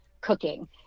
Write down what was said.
cooking